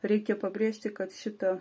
reikia pabrėžti kad šita